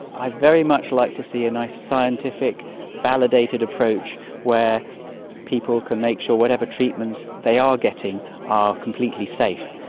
i'd very much like to see a nice scientific validated approach where people can make sure whatever treatments they are getting are completely safe.